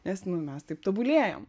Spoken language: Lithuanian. nes nu mes taip tobulėjam